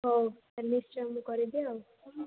ହଉ ତା'ହେଲେ ନିଶ୍ଚୟ ମୁଁ କରିବି ଆଉ